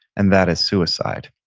and that is suicide.